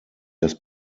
das